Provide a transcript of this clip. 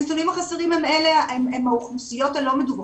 הנתונים החסרים הם על האוכלוסיות הלא מדווחות.